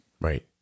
Right